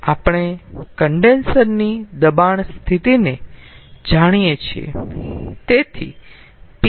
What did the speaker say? આપણે કન્ડેન્સર ની દબાણ સ્થિતિને જાણીએ છીએ